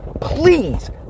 please